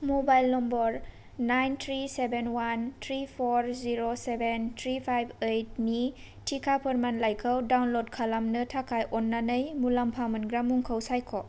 mobile number nine three seven one three four zero seven three five eight नि टिका फोरमानलाइखौ download खालामनो थाखाय अन्नानै मुलामफा मोनग्रा मुंखौ सायख'